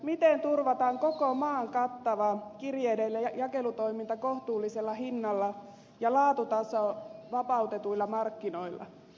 miten turvataan koko maan kattava kirjeiden jakelutoiminta kohtuullisella hinnalla ja laatutaso vapautetuilla markkinoilla